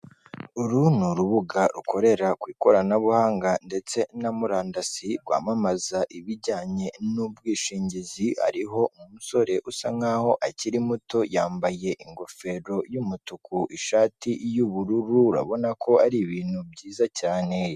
Uru ni urubuga rukorera ku ikoranabuhanga ndetse na murandasi, rwamamaza ibijyanye n'ubwishingizi, ari umusore usa nkaho akiri muto yambaye ingofero y'umutuku ishati y'ubururu, urabona ko ari ibintu byiza cyane.